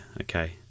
okay